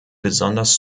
besonders